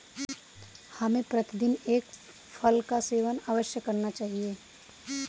हमें प्रतिदिन एक फल का सेवन अवश्य करना चाहिए